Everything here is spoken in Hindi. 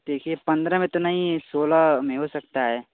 देखिए पंद्रह में तो नहीं सोलह में हो सकता है